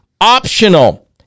optional